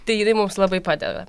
tai jinai mums labai padeda